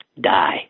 die